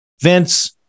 vince